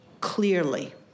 clearly